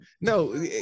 No